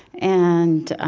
and